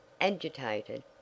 agitated